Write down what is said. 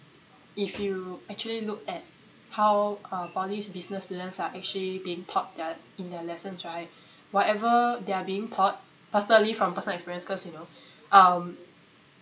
if you actually look at how uh poly business students are actually being taught the~ in their lessons right whatever they're being taught personally from personal experience because you know um